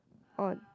oh